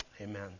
amen